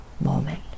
moment